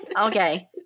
okay